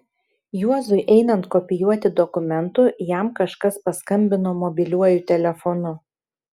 juozui einant kopijuoti dokumentų jam kažkas paskambino mobiliuoju telefonu